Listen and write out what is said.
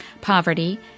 Poverty